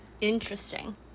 Interesting